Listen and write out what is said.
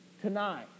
tonight